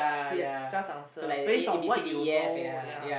yes just answer base on what you know ya